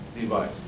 device